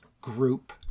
group